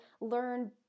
learn